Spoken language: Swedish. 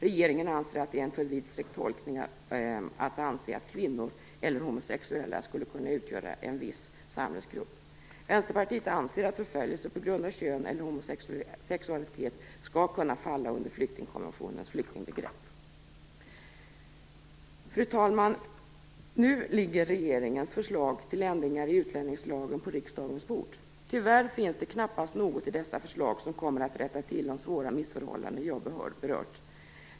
Regeringen anser att det är en för vidsträckt tolkning att anse att kvinnor eller homosexuella skulle kunna utgöra en Vänsterpartiet anser att förföljelse på grund av kön eller homosexualitet skall kunna falla under flyktingkonventionens flyktingbegrepp. Fru talman! Nu ligger regeringens förslag till ändringar i utlänningslagen på riksdagens bord. Tyvärr finns det knappast något i dessa förslag som kommer att rätta till de svåra missförhållanden som jag har berört.